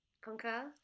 Conquer